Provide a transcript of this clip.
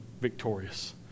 victorious